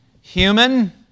human